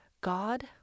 God